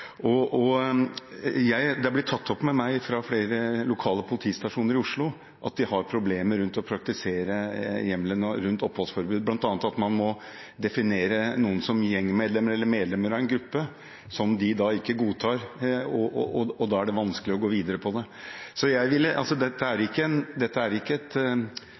Det er blitt tatt opp med meg av flere lokale politistasjoner i Oslo at de har problemer med å praktisere hjemmelen for oppholdsforbud, bl.a. at man må definere noen som gjengmedlemmer eller medlemmer av en gruppe, som de ikke godtar, og da er det vanskelig å gå videre med det. Dette er ikke en firkantet sak fra min side. Det er å prøve å få statsråden med på en